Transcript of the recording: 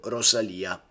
Rosalia